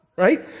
right